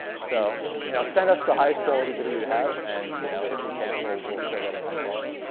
so you know send us the highest quality video you have, and you know if we can, we'll we'll show that in high quality.